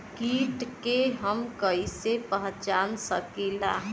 कीट के हम कईसे पहचान सकीला